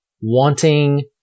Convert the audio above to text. wanting